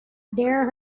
dare